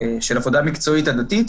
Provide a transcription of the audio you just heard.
עבודה מקצועית הדדית,